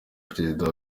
perezida